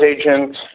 agent